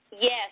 Yes